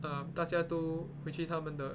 uh 大家都回去他们的